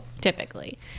typically